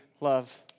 love